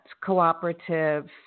cooperative